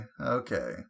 okay